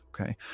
okay